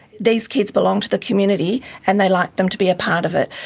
these kids belong to the community and they like them to be a part of it.